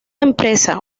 empresa